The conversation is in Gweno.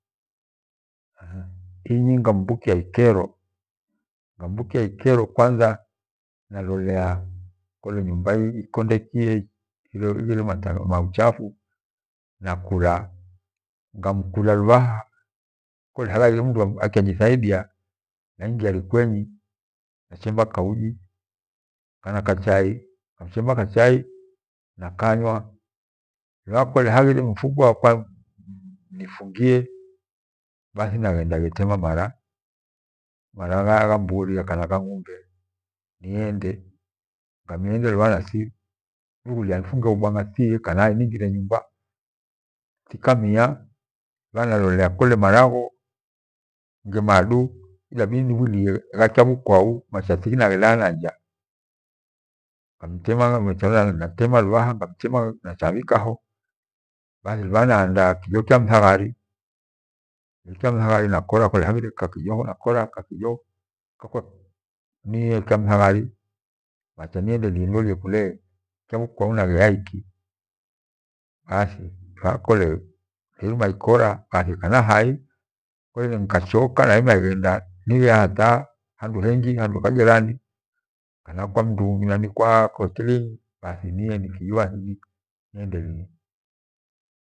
Inyi nyambhukia ikero ngambhukia ikero kwantha, nalolea konde nyumba ikonde kie mbhule manchafa nakula nga mkula lubhaha kale haraghire mdu akyanjithaidia naighia rakwanyi nachemba kauji, kana kachai, ngamchemba kachai nakanywa, lubhaha kole haghire mfugo wakwa mmpfungie bathi naghenda ighetema mara, mara haya ya mburi kana gha ng'umbe niende nikaniende natirushuhulia nipfunge he bwanga kuna niingie nyumba tikamiya lubhaha nalolea kuu maragho kole nyemadu iyabidi nibhwilie gha kyabhu kwao kimecha tinaghelaa nanja. Ngamtema lubhaha ngatema nacha nabhikaho, bathi lubhaha naandaa kijo kya nithaghari, kole haghire kakajo nakoya kajiko kakwa niye kya nitahari macha nindelie nilolie kwau nagheyaiki. Haya hole nairima iera bathi kana hai kole ngachoka nairima ighenda nighuya hata handu hengi hata kwa jirani kana kwa mdungi aua hoelinyi bathi niye niendelie.